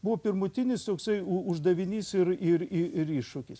buvo pirmutinis toksai uždavinys ir ur iššūkis